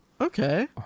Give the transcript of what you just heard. Okay